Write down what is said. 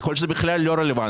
יכול להיות שזה בכלל לא רלוונטי,